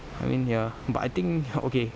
I mean ya but I think ya okay